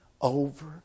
over